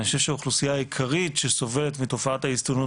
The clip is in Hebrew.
אני חושב שהאוכלוסייה העיקרית שסובלת מתופעת ההסתננות